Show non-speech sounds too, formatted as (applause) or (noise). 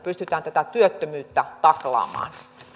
(unintelligible) pystytään tätä työttömyyttä taklaamaan